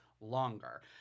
Longer